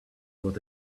what